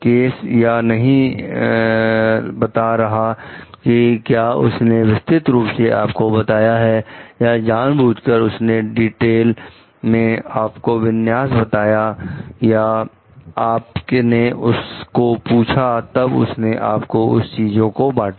case या नहीं यह बता रहा है कि क्या उसने विस्तार रूप से आपको बताया है या जानबूझकर उसने डिटेल में आपको विन्यास बताया या आपने उसको पूछा तब उसने आपसे उस चीज को बांटा